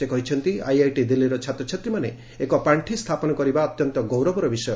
ସେ କହିଛନ୍ତି ଆଇଆଇଟି ଦିଲ୍ଲୀର ଛାତ୍ରଛାତ୍ରୀମାନେ ଏକ ପାର୍ଷି ସ୍ଥାପନ କରିବା ଅତ୍ୟନ୍ତ ଗୌରବର ବିଷୟ